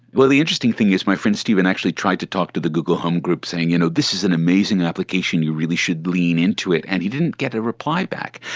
well, the interesting thing is my friend steven actually tried to talk to the google home group saying, you know, this is an amazing application, you really should lean into it, and he didn't get a reply back.